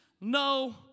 no